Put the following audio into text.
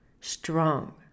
strong